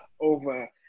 over